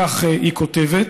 כך היא כותבת.